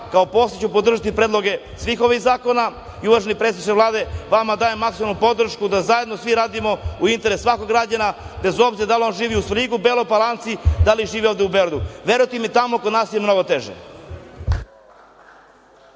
kao poslanik ću podržati predloge svih ovih zakona, i uvaženi predsedniče Vlade, vama dajem maksimalnu podršku da zajedno svi radimo u interesu svakog građanina, bez obzira da li on živi u Svrljigu, Beloj Palanci, da li živi ovde u Beogradu. Verujte mi, tamo kod nas je mnogo teže.